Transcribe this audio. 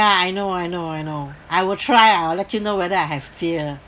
ya I know I know I know I will try I will let you know whether have fear